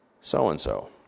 So-and-so